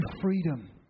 freedom